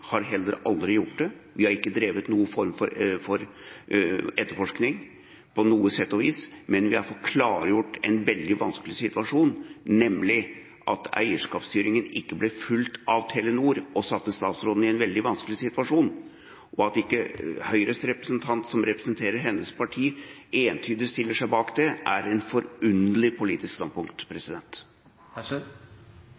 har heller aldri gjort det. Vi har ikke drevet noen form for etterforskning på noe vis, men vi har fått klargjort en veldig vanskelig situasjon – nemlig at eierskapsstyringen ikke ble fulgt av Telenor, og det satte statsråden i en veldig vanskelig situasjon. At ikke Høyres representant, som representerer hennes parti, entydig stiller seg bak det, er et forunderlig politisk standpunkt.